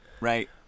right